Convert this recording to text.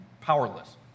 powerless